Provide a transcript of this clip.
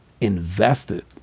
invested